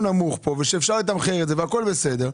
נמוך פה ושאפשר לתמחר את זה והכל בסדר.